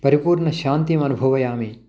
परिपूर्णा शान्तिम् अनुभवामि